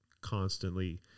constantly